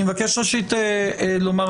היא אושרה בקריאה ראשונה ואנו דנים בה כאן